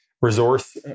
resource